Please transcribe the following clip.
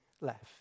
left